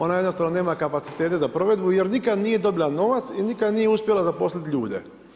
Ona jednostavno nema kapacitete za provedbu, jer nikad nije dobila novac i nikada nije uspjela zaposliti ljude.